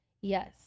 Yes